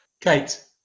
Kate